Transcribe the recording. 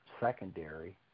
secondary